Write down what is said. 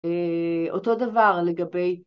אותו דבר לגבי